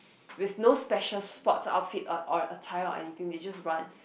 with no special sports outfit or or attire or anything they just run